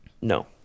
No